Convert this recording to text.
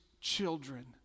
children